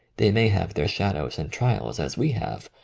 they may have their shadows and trials as we have,